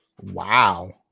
Wow